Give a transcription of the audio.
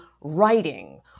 writing